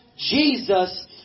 Jesus